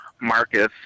Marcus